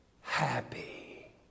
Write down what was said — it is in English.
happy